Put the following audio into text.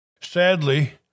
Sadly